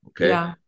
okay